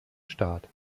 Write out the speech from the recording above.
start